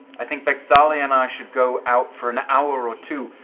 i think vex'ahlia and i should go out for an hour or two,